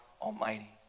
Almighty